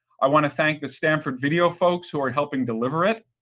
i want to thank the stanford video folks who are helping deliver it.